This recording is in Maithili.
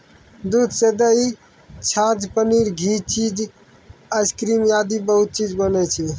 दूध सॅ दही, छाछ, पनीर, घी, चीज, आइसक्रीम आदि बहुत चीज बनै छै